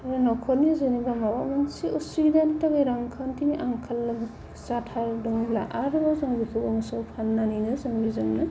न'खरनि जेनेबा माबा मोनसे उसुबिदानि थाखाय रांखान्थिनि आंखाल जाथारदोंब्ला आरोबाव जों बेखौबो मोसौ फाननानै जों बेजोंनो